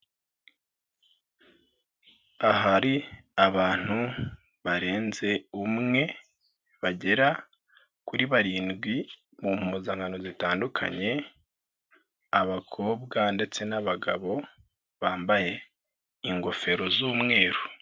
Aha hari abantu barenze umwe bagera kuri barindwi mu mpuzankano zitandukanye, abakobwa ndetse n'abagabo bambaye ingofero z'umweru.